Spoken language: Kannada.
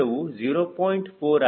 4 ಆಗಿದ್ದು ηp 0